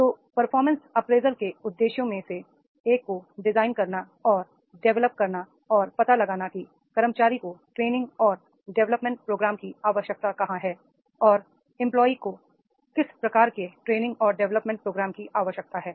तो performance appraisal के उद्देश्यों में से एक को डिजाइन करना और डेवलप करना और पता लगाना है कि कर्मचारी को ट्रे निंग और डेवलपमेंट प्रोग्राम्स की आवश्यकता कहां है और एंप्लाइ को किस प्रकार के ट्रे निंग और डेवलपमेंट प्रोग्राम्स की आवश्यकता है